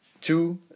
two